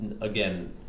again